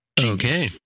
Okay